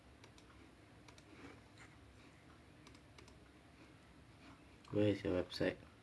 where is your website